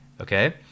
Okay